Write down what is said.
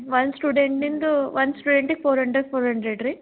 one student ನಿಂದೂ one ಸ್ಟೂಡೆಂಟಿಗೆ four hundred four hundred ರೀ